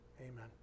Amen